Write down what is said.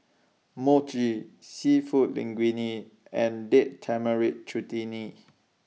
Mochi Seafood Linguine and Date Tamarind Chutney